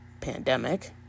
pandemic